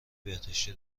بهداشتی